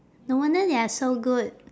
no wonder they are so good